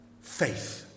faith